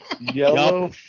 Yellow